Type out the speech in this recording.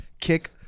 kick